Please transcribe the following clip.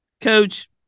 Coach